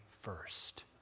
first